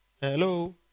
Hello